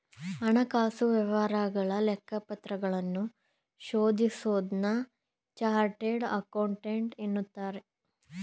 ಹಣಕಾಸು ವ್ಯವಹಾರಗಳ ಲೆಕ್ಕಪತ್ರಗಳನ್ನು ಶೋಧಿಸೋನ್ನ ಚಾರ್ಟೆಡ್ ಅಕೌಂಟೆಂಟ್ ಎನ್ನುತ್ತಾರೆ